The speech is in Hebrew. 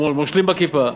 מושלים בכיפה.